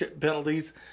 penalties